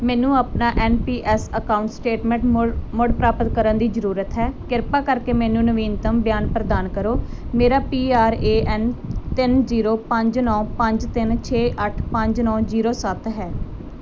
ਮੈਨੂੰ ਆਪਣਾ N P S account statement ਮੁੜ ਮੁੜ ਪ੍ਰਾਪਤ ਕਰਨ ਦੀ ਜ਼ਰੂਰਤ ਹੈ ਕ੍ਰਿਪਾ ਕਰਕੇ ਮੈਨੂੰ ਨਵੀਨਤਮ ਬਿਆਨ ਪ੍ਰਦਾਨ ਕਰੋ ਮੇਰਾ ਪੀ ਆਰ ਏ ਐੱਨ ਤਿੰਨ ਜੀਰੋ ਪੰਜ ਨੌਂ ਪੰਜ ਤਿੰਨ ਛੇ ਅੱਠ ਪੰਜ ਨੌਂ ਜੀਰੋ ਸੱਤ ਹੈ